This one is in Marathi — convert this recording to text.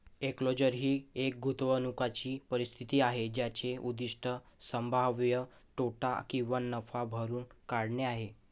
एन्क्लोजर ही एक गुंतवणूकीची परिस्थिती आहे ज्याचे उद्दीष्ट संभाव्य तोटा किंवा नफा भरून काढणे आहे